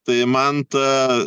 tai man ta